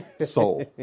soul